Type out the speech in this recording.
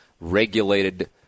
regulated